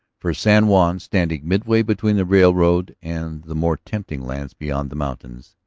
for san juan, standing midway between the railroad and the more tempting lands beyond the mountains,